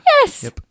Yes